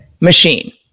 machine